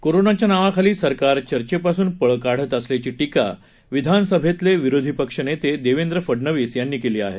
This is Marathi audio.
कोरोनाच्या नावाखाली सरकार चर्चेपासून पळ काढत असल्याची टीका विधानसभेतले विरोधी पक्षनेते देवेंद्र फडनवीस यांनी केली आहे